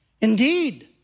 Indeed